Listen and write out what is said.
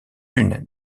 une